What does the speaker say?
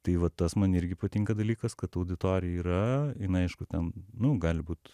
tai va tas man irgi patinka dalykas kad auditorija yra jinai aišku ten nu gali būt